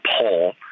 poll